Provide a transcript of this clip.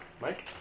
Mike